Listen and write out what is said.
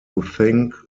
think